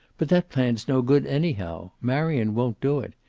but that plan's no good, anyhow. marion won't do it.